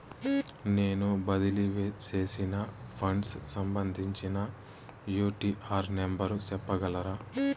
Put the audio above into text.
నేను బదిలీ సేసిన ఫండ్స్ సంబంధించిన యూ.టీ.ఆర్ నెంబర్ సెప్పగలరా